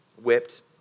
whipped